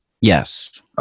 Yes